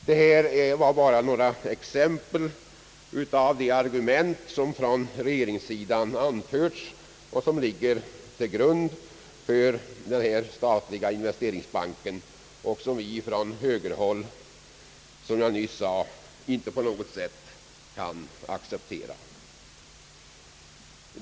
Det här är några exempel på de argument som från regeringssidan anförts och som ligger till grund för den statliga investeringsbanken, som vi från högerhåll inte på något sätt kan acceptera.